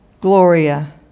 Gloria